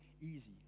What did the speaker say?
easy